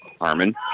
Harmon